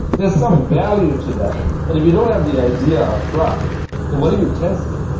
there's some value to that, but if you don't have the idea upfront, then what are you testing?